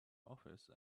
office